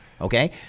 okay